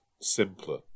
simpler